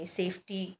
safety